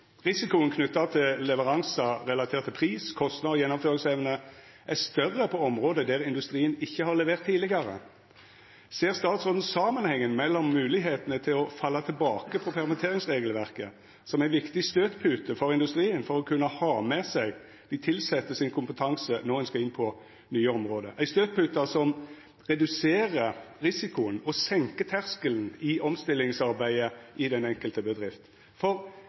Risikoen knytt til leveransar relatert til pris, kostnad og gjennomføringsevne er større på område der industrien ikkje har levert tidlegare. Ser statsråden samanhengen med moglegheitene til å falla tilbake på permitteringsregelverket som ei viktig støytpute for industrien for å kunna ha med seg dei tilsette sin kompetanse når ein skal inn på nye område, ei støytpute som reduserer risikoen og senkar terskelen i omstillingsarbeidet i den enkelte bedrift?